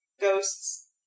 ghosts